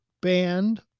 band